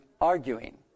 arguing